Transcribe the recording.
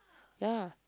ya